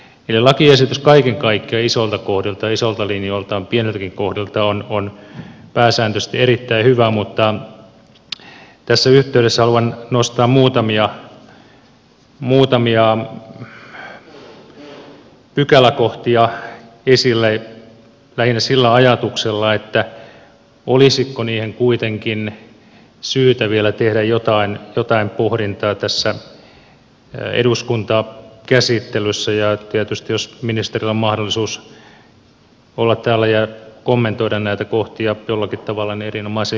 eli lakiesitys kaiken kaikkiaan isoilta kohdiltaan isoilta linjoiltaan ja pieniltäkin kohdiltaan on pääsääntöisesti erittäin hyvä mutta tässä yhteydessä haluan nostaa muutamia pykäläkohtia esille lähinnä sillä ajatuksella että olisiko niihin kuitenkin syytä vielä tehdä jotain pohdintaa tässä eduskuntakäsittelyssä ja tietysti jos ministerillä on mahdollisuus olla täällä ja kommentoida näitä kohtia jollakin tavalla se on erinomaisen hyvä